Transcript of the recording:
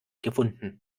gefunden